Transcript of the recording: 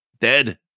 Dead